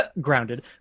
grounded